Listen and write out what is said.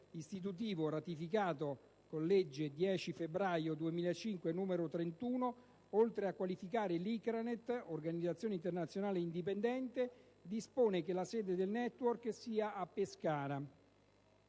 istitutivo, ratificato con la legge 10 febbraio 2005, n. 31, oltre a qualificare l'ICRANET come «organizzazione internazionale indipendente», dispone che la sede del *Network* sia a Pescara.